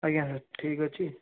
ଆଜ୍ଞା ସାର୍ ଠିକ୍ଅଛି